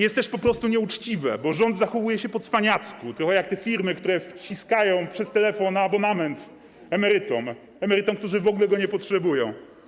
Jest też po prostu nieuczciwe, bo rząd zachowuje się po cwaniacku, trochę jak te firmy, które wciskają przez telefon abonament emerytom - emerytom, którzy w ogóle go nie potrzebują.